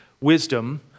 wisdom